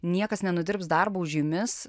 niekas nenudirbs darbo už jumis